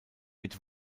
mit